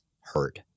hurt